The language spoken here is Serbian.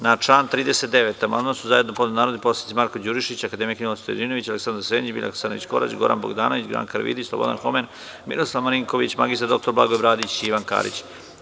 Na član 39. amandman su zajedno podneli narodni poslanici Marko Đurišić, akademik Ninoslav Stojadinović, Aleksandar Senić, Biljana Hasanović Korać, Goran Bogdanović, Branka Karavidić, Slobodan Homen, Miroslav Marinković, mr dr Blagoje Bradić i Ivan Karić.